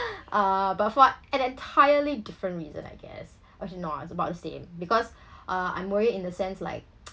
uh but for an entirely different reason I guess or actually not it's about the same because uh I'm worried in the sense like